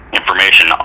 information